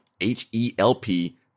H-E-L-P